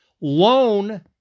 loan